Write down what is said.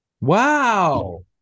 Wow